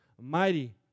mighty